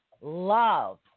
love